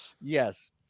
yes